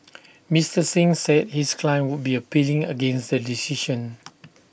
Mister Singh said his client would be appealing against the decision